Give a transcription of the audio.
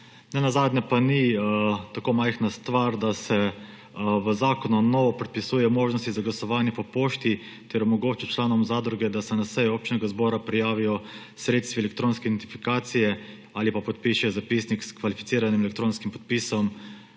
Ne nazadnje pa ni tako majhna stvar, da se v zakonu na novo predpisuje možnosti za glasovanje po pošti ter omogoča članom zadruge, da se na sejo občnega zbora prijavijo s sredstvi elektronske identifikacije ali podpišejo zapisnik s kvalificiranim elektronskim podpisom,